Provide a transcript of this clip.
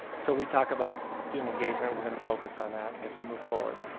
so we talk about student engagement we're gonna focus on that as we move forward